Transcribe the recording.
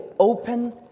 Open